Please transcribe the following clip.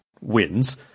wins